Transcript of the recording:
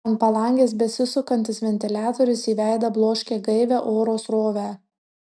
ant palangės besisukantis ventiliatorius į veidą bloškė gaivią oro srovę